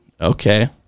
Okay